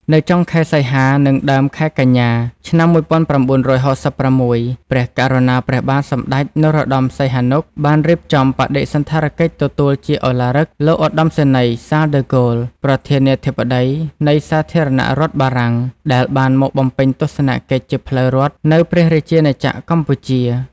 នៅចុងខែសីហា និងដើមខែកញ្ញា ឆ្នាំ១៩៦៦ ព្រះករុណា ព្រះបាទសម្តេចព្រះនរោត្តម សីហនុ បានរៀបចំបដិសណ្ឋារកិច្ចទទួលជា¬ឧឡារិក លោកឧត្តមសេនីយ៍ សាល ដឺហ្គោល ប្រធានាធិបតីនៃសាធារណរដ្ឋបារំាង ដែលបានមកបំពេញទស្សន កិច្ចជាផ្លូវរដ្ឋនៅព្រះរាជាណាចក្រកម្ពុជា។